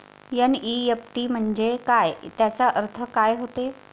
NEFT म्हंजे काय, त्याचा अर्थ काय होते?